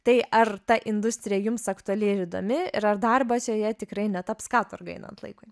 tai ar ta industrija jums aktuali ir įdomi ir ar darbas joje tikrai netaps katorga einant laikui